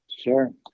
Sure